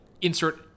insert